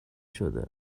شده